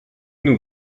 nous